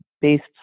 based